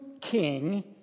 king